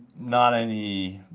not any